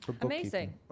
Amazing